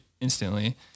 instantly